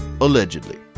Allegedly